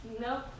No